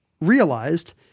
realized